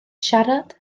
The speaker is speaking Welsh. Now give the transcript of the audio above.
siarad